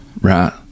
right